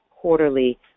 quarterly